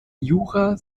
jura